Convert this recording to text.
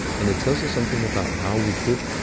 and it tells us something about how we could,